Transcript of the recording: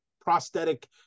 prosthetic